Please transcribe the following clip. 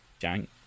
jank